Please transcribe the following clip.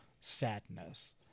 sadness